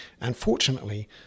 Unfortunately